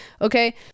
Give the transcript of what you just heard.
okay